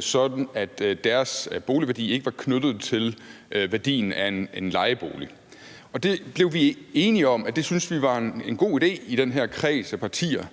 sådan at andelsboligværdien ikke var knyttet til værdien af en lejebolig. Det blev vi enige om at synes var en god idé i den her kreds af partier,